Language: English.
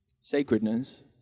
sacredness